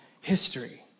history